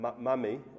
Mummy